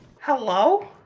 Hello